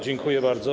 Dziękuję bardzo.